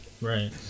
Right